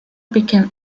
became